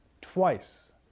twice